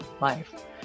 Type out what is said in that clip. life